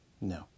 no